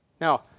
Now